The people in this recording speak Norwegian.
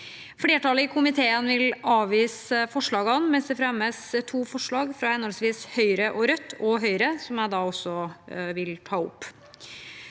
Flertallet i komiteen vil avvise forslagene, mens det fremmes to forslag, fra Høyre og fra Rødt og Høyre, som jeg vil ta opp.